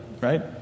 right